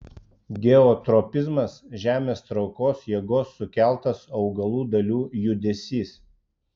geotropizmas žemės traukos jėgos sukeltas augalų dalių judesys